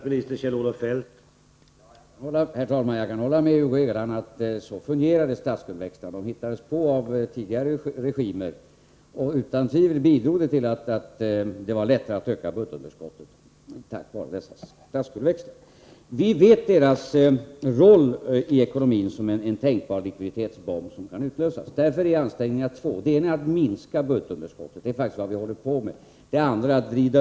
Herr talman! Jag kan hålla med Hugo Hegeland om att det är så statsskuldsväxlar fungerar. De är ju ett påhitt av tidigare regimer. Utan tvivel blev det lättare att öka budgetunderskottet tack vare dessa statsskuldsväxlar. Vi vet vilken roll de spelar i ekonomin — de är som en tänkbar likviditetsbomb som kan utlösas. Därför måste två ansträngningar göras. För det första måste budgetunderskottet minskas. Det är faktiskt vad vi just nu arbetar med.